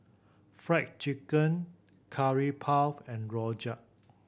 Fried Chicken Curry Puff and rojak